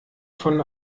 von